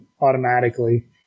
automatically